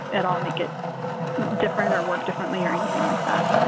at all make it different or work differently, or anything like that.